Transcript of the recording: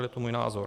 Je to můj názor.